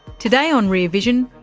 today on rear vision,